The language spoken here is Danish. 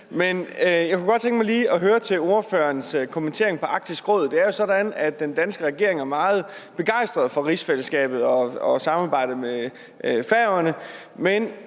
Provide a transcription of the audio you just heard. men jeg kunne godt tænke mig lige at høre om ordførerens kommentarer om Arktisk Råd. Det er jo sådan, at den danske regering er meget begejstret for rigsfællesskabet og samarbejdet med Færøerne,